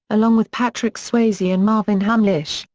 along with patrick swayze and marvin hamlisch,